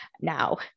now